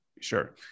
Sure